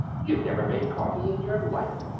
you've never made coffee in your life!